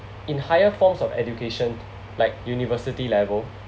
in higher forms of education like university level